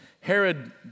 Herod